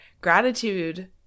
gratitude